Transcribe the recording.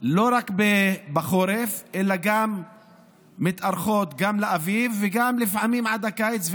הן לא רק בחורף אלא מתארכות גם לאביב וגם לפעמים עד הקיץ,